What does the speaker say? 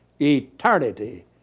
Eternity